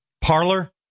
Parlor